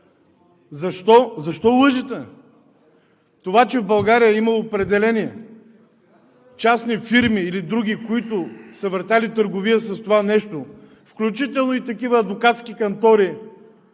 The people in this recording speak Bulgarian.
Защо лъжете? Това, че в България има определени частни фирми или други, които са въртели търговия с това нещо, включително и такива адвокатски кантори